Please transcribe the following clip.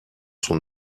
son